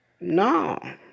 No